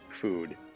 food